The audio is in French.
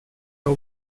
par